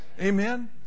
Amen